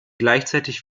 gleichzeitig